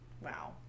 Wow